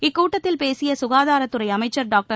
இக்கூட்டத்தில் பேசிய சுகாதாரத்துறை அமைச்சர் டாக்டர்